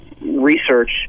research